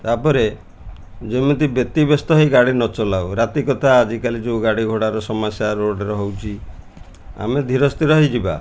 ତା'ପରେ ଯେମିତି ବ୍ୟତିବ୍ୟସ୍ତ ହେଇ ଗାଡ଼ି ନ ଚଲାଉ ରାତି କଥା ଆଜିକାଲି ଯେଉଁ ଗାଡ଼ି ଘୋଡ଼ାର ସମସ୍ୟା ରୋଡ଼ରେ ହେଉଛି ଆମେ ଧୀରସ୍ଥିର ହେଇଯିବା